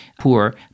poor